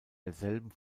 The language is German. derselben